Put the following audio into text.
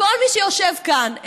לכל מי שיושב כאן,